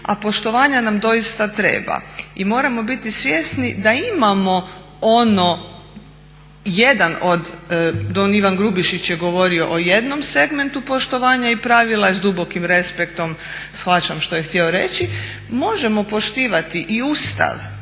a poštovanja nam doista treba. I moramo biti svjesni da imamo ono jedan od, don Ivan Grubišić je govorio o jednom segmentu poštovanja i pravila i s dubokim respektom shvaćam što je htio reći. Možemo poštivati i Ustav